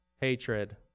hatred